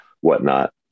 whatnot